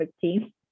team